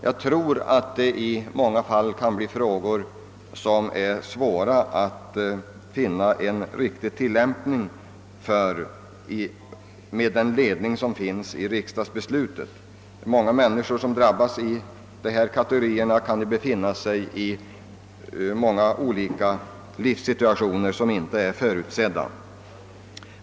Jag tror att riksdagsbeslutet i en del fall inte kommer att ge tillräcklig ledning för tillämpningen; många människor i de kategorier som drabbas kan befinna sig i livssituationer som inte är förutsedda.